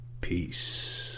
Peace